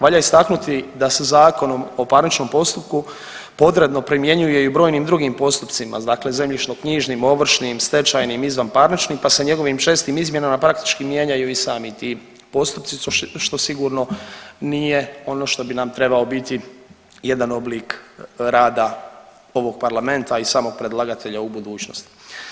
Valja istaknuti da sa Zakonom o parničnom postupku podredno primjenjuje i u brojnim drugim postupcima, dakle zemljišno-knjižnim, ovršnim, stečajnim, izvan parničnim pa sa njegovim šestim izmjenama praktički mijenjaju i sami ti postupci što sigurno nije ono što bi nam trebao biti jedan oblik rada ovog Parlamenta i samog predlagatelja u budućnosti.